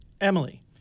Emily